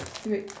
okay wait